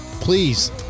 please